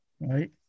Right